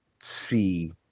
see